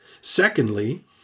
Secondly